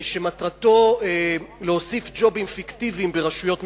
שמטרתו להוסיף ג'ובים פיקטיביים ברשויות מקומיות,